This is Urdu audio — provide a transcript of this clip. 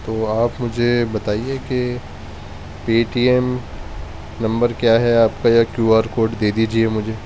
تو آپ مجھے بتائیے کہ پے ٹی ایم نمبر کیا ہے آپ کا یا کیو آر کوڈ دے دیجیے مجھے